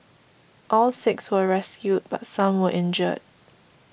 all six were rescued but some were injured